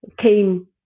came